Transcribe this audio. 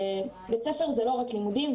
שבית ספר זה לא רק לימודים,